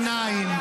אותו מאחז עיניים,